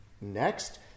Next